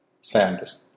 Sanders